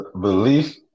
belief